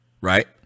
right